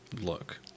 look